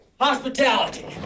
Hospitality